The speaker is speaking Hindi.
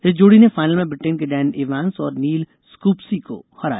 इस जोड़ी ने फाइनल में ब्रिटेन के डैन इवांस और नील स्कप्सकी को हराया